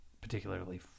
particularly